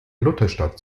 lutherstadt